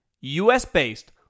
US-based